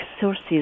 sources